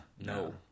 no